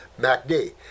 MACD